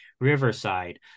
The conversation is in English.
Riverside